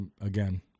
again